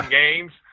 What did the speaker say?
games